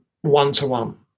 one-to-one